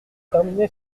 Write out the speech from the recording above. terminé